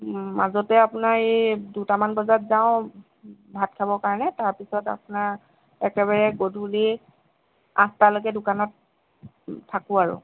মাজতে আপোনাৰ এই দুটা মান বজাত যাওঁ ভাত খাবৰ কাৰণে তাৰ পাছত আপোনাৰ একেবাৰে গধূলি আঠটালেকৈ দোকানত থাকো আৰু